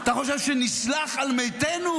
אתה חושב שנסלח על מתינו?